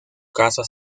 casa